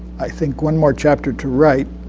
i think, one more chapter to write.